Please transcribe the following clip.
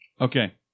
okay